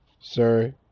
Sir